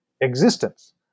existence